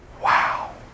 Wow